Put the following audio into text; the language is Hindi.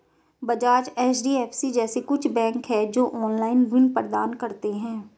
बजाज, एच.डी.एफ.सी जैसे कुछ बैंक है, जो ऑनलाईन ऋण प्रदान करते हैं